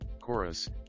Chorus